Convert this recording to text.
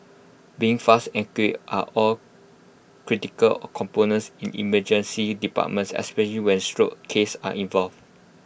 being fast and accurate are all critical components in emergency departments especially when stroke cases are involved